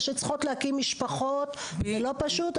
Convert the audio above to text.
וצריכות להקים משפחות - זה לא פשוט.